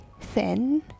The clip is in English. thin